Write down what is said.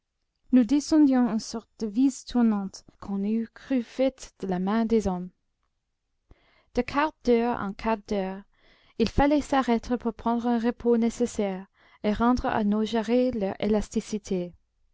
sorte de vis tournante qu'on eût cru faite de la main des hommes de quart d'heure en quart d'heure il fallait s'arrêter pour prendre un repos nécessaire et rendre à nos jarrets leur élasticité